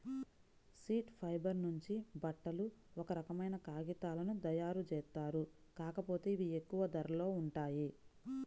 seed fibre నుంచి బట్టలు, ఒక రకమైన కాగితాలను తయ్యారుజేత్తారు, కాకపోతే ఇవి ఎక్కువ ధరలో ఉంటాయి